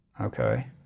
okay